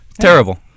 terrible